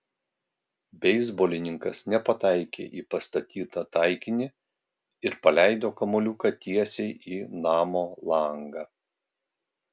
beisbolininkas nepataikė į pastatytą taikinį ir paleido kamuoliuką tiesiai į namo langą